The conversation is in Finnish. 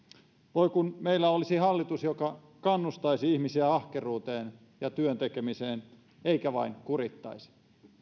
voi kun meillä olisi hallitus joka kannustaisi ihmisiä ahkeruuteen ja työn tekemiseen eikä vain kurittaisi